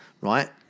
Right